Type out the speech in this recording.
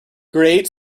great